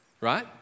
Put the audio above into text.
right